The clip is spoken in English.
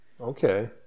Okay